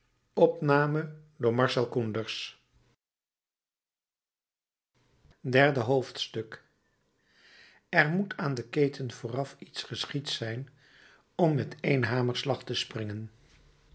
derde hoofdstuk er moet aan de keten vooraf iets geschied zijn om met één hamerslag te springen